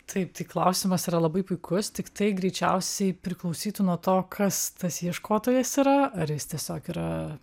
taip tai klausimas yra labai puikus tik tai greičiausiai priklausytų nuo to kas tas ieškotojas yra ar jis tiesiog yra